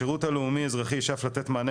השירות הלאומי אזרחי ישאף לתת מענה